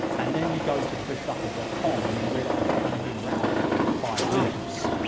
and then you go to chrisducker dot com and you realize i've only been around for five minutes,